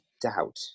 doubt